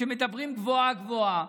שמדברים גבוהה-גבוהה,